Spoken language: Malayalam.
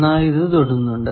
എന്നാൽ ഇത് തൊടുന്നുണ്ട്